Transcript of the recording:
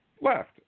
left